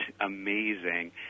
amazing